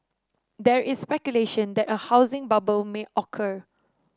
there is speculation that a housing bubble may occur